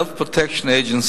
Health Protection Agency.